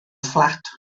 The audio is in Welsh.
fflat